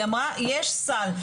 היא אמרה יש סל,